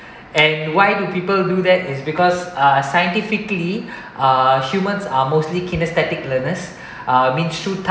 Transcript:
and why do people do that is because uh scientifically uh humans are mostly kinesthetic learners uh means through